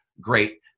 great